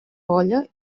olla